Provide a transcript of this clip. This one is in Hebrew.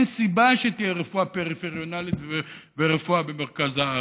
שתהיה רפואה פריפריאלית ורפואה במרכז הארץ.